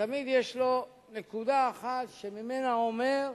ותמיד יש לו נקודה אחת שממנה הוא אומר: